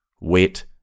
wet